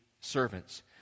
servants